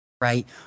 right